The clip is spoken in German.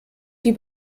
die